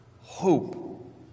Hope